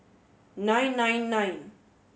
nine nine nine